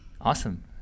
Awesome